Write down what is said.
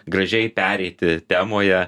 gražiai pereiti temoje